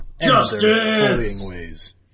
Justice